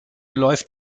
läuft